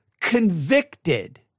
convicted